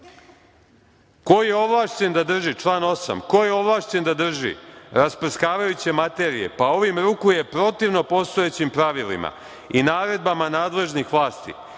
1, kazniće se robijom“.Član 8: „Ko je ovlašćen da drži rasprskavajuće materije, pa ovim rukuje protivno postojećim pravilima i naredbama nadležnih vlasti